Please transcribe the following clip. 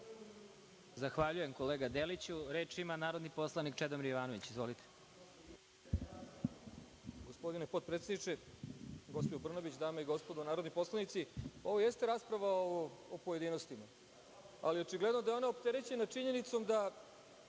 Zahvaljujem, kolega Deliću. Reč ima narodni poslanik Čedomir Jovanović. Izvolite. **Čedomir Jovanović** Gospodine potpredsedniče, gospođo Brnabić, dame i gospodo narodni poslanici, ovo jeste rasprava u pojedinostima, ali očigledno da je ona opterećena činjenicom da